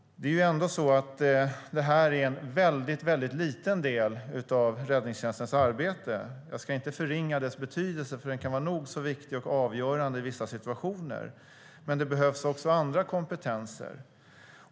Men det är ändå en väldigt liten del av räddningstjänstens arbete. Jag ska inte förringa dess betydelse, för den kan vara nog så viktig och avgörande i vissa situationer, men det behövs också andra kompetenser.